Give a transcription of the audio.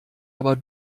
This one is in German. aber